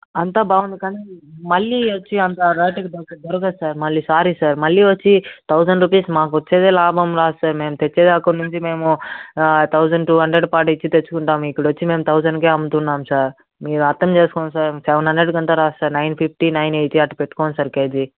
అంతా బాగుంది కాని మల్లీ వచ్చి అంతా రేటుకి దొరకదు దొరకదు సార్ సారీ సార్ మల్లీ వచ్చి థౌసండ్ రూపీస్ మాకొచ్చేది లాభం రాదు సార్ మేం తెచ్చేదే అక్కడ నుండి మేము థౌసండ్ టూ హండ్రడ్ పాటు ఇచ్చి తెచ్చుకుంటాము ఇక్కడొచ్చి నేను థౌసండ్కే అమ్ముతున్నాము సార్ మీరు అర్ధం చేసుకోండి సార్ సెవెన్ హండ్రెడ్ కంటే రాదు sir nine fifty nine eighty అట్ట పెట్టుకోండి సార్ కేజీ